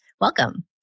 Welcome